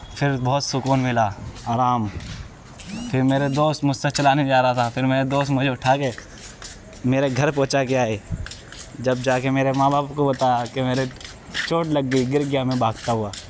پھر بہت سکون ملا آرام پھر میرے دوست مجھ سے چلا نہیں جا رہا تھا پھر میرے دوست مجھے اٹھا کے میرے گھر پہنچا کے آئے جب جا کے میرے ماں باپ کو بتایا کہ میرے چوٹ لگ گئی گر گیا میں بھاگتا ہوا